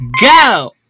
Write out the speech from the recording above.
go